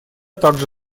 также